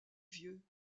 vieux